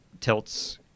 tilts